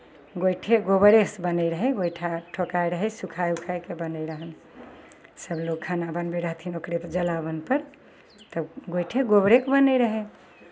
गोइठे गोबरेसँ बनै रहय गोइठा ठोकाइत रहय सुखाय उखाय कऽ बनै रहनि सभलोक खाना बनबै रहथिन ओकरेपर जलावनपर तब गोइठे गोबरेके बनैत रहय